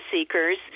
seekers